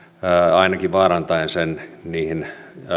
ainakin vaarantaisivat sen käytännössä niihin